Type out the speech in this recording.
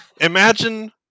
Imagine